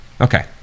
Okay